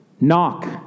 Knock